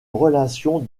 relation